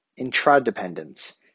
Intradependence